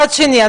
ומהצד השני,